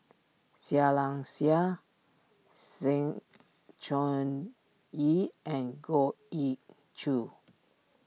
Seah Liang Seah Sng Choon Yee and Goh Ee Choo